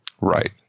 Right